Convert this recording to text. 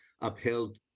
upheld